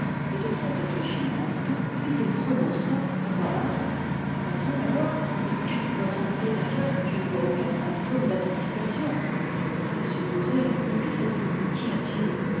le docteur réfléchit un instant puis il prononça à voix basse le poison alors mais quel poison et d'ailleurs je ne vois aucun symptôme d'intoxication il faudrait supposer mais que faites-vous qu'y a-t-il